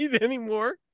anymore